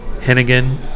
Hennigan